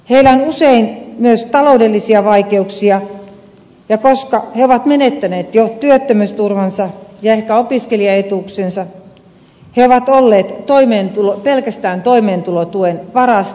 heillä on usein myös taloudellisia vaikeuksia ja koska he ovat menettäneet jo työttömyysturvansa ja ehkä opiskelijaetuutensa he ovat olleet pelkästään toimeentulotuen varassa